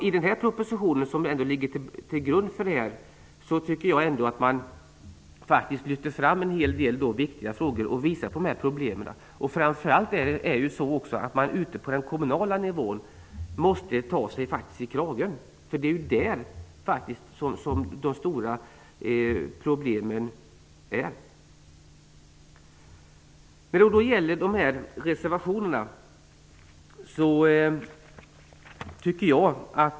I propositionen som ligger till grund för detta betänkande lyfter man faktiskt fram en hel del viktiga frågor och visar på problemen. Man måste faktiskt ta sig i kragen ute på den kommunala nivån. Det är där som de stora problemen finns.